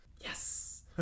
Yes